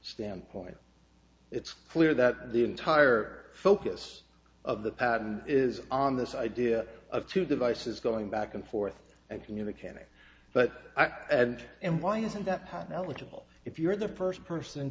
standpoint it's clear that the entire focus of the patent is on this idea of two devices going back and forth and communicating but and and why isn't that pattern eligible if you're the first person